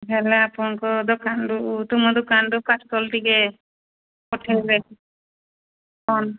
ହେଲେ ଆପଣଙ୍କ ଦୋକାନରୁ ତୁମ ଦୋକାନରୁ ପାର୍ସଲ୍ ଟିକେ ପଠାଇବେ କ'ଣ